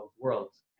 worlds